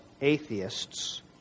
atheists